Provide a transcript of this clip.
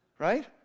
right